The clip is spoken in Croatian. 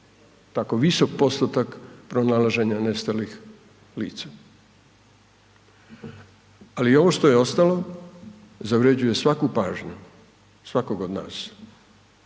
tako visok postotak pronalaženja nestalih lica. Ali ovo što je ostalo zavređuje svaku pažnju, svakog od nas,